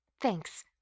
Thanks